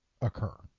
occur